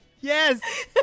Yes